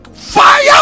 fire